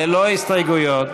ללא הסתייגויות.